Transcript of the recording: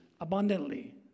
abundantly